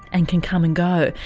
and can come and go.